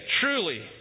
truly